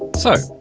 so,